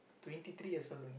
twenty three years old only